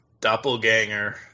doppelganger